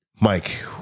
Mike